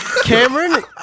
Cameron